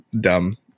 dumb